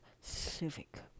civic